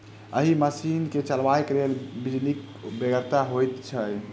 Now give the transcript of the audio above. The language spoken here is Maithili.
एहि मशीन के चलयबाक लेल बिजलीक बेगरता होइत छै